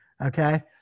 okay